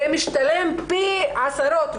זה משתלם פי עשרות.